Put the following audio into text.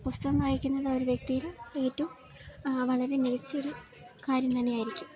പുസ്തകം വായിക്കുന്നത് ഒരു വ്യക്തിയില് ഏറ്റവും വളരെ മികച്ചൊരു കാര്യം തന്നെയായിരിക്കും